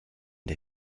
der